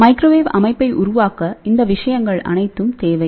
microwave அமைப்பை உருவாக்கஇந்த விஷயங்கள் அனைத்தும்தேவை